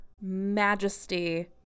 majesty